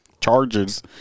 Charges